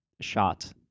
shot